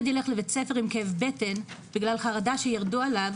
ילד ילך לבית ספר עם כאב בטן בגלל חרדה שירדו עליו